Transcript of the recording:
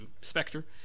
Spectre